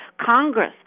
Congress